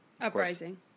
uprising